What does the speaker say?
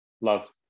Love